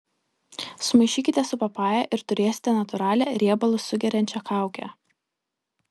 sumaišykite su papaja ir turėsite natūralią riebalus sugeriančią kaukę